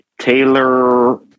Taylor